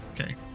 Okay